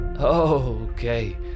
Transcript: Okay